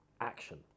action